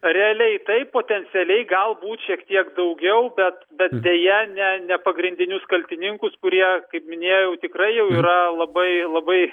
realiai taip potencialiai galbūt šiek tiek daugiau bet bet deja ne ne pagrindinius kaltininkus kurie kaip minėjau tikrai jau yra labai labai